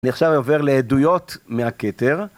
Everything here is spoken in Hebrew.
אני עכשיו עובר לעדויות מהכתר